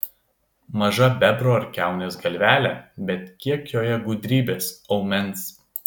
maža bebro ar kiaunės galvelė bet kiek joje gudrybės aumens